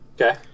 Okay